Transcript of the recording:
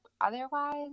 Otherwise